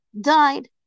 died